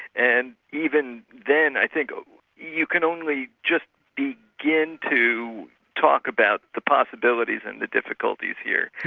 and even then i think you can only just begin to talk about the possibilities and the difficulties here.